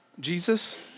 Jesus